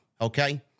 okay